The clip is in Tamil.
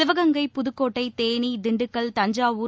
சிவகங்கை புதுக்கோட்டை தேனி திண்டுக்கல்தஞ்சாவூர்